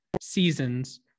seasons